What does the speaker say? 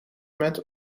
met